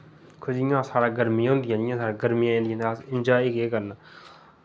दिक्खो जि'यां साढ़ै गर्मियां होन्दियां जि'यां साढ़ै गर्मियां होन्दियां ते अस एन्जाय केह् करना